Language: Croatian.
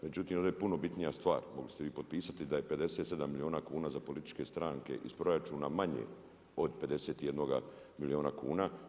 Međutim, ovdje je puno bitnija stvar, mogli ste vi potpisati da je 57 milijuna kuna za političke stranke iz proračuna manje od 51 milijuna kuna.